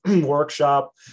workshop